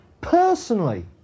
personally